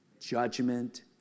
judgment